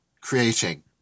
creating